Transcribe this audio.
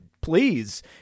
please